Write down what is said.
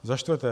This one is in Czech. Za čtvrté.